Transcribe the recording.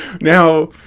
now